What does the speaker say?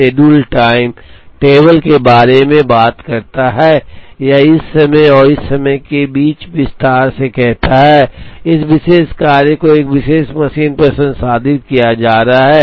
schedule time table के बारे में बात करता है या इस समय और इस समय के बीच विस्तार से कहता है इस विशेष कार्य को एक विशेष मशीन पर संसाधित किया जा रहा है